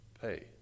pay